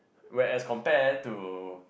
whereas compared to